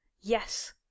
Yes